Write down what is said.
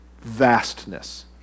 vastness